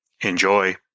Enjoy